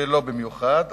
לא במיוחד,